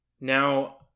now